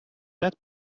that